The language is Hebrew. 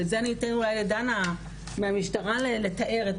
ואת זה אני אתן אולי לדנה מהמשטרה לתאר את